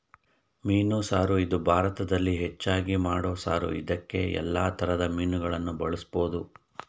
ಮೀನು ಸಾರು ಇದು ಭಾರತದಲ್ಲಿ ಹೆಚ್ಚಾಗಿ ಮಾಡೋ ಸಾರು ಇದ್ಕೇ ಯಲ್ಲಾ ತರದ್ ಮೀನುಗಳನ್ನ ಬಳುಸ್ಬೋದು